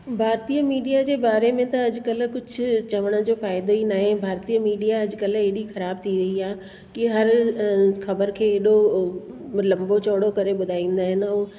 भारतीय मीडिया जे बारे में त अॼुकल्ह कुझु चवण जो फ़ाइदो ई न आहे भारतीय मीडिया अॼुकल्ह अहिड़ी ख़राब थी वई आहे की हर ख़बर खे अहिड़ो लंबो चौड़ो करे ॿुधाईंदा आहिनि ऐं